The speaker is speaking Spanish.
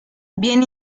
bien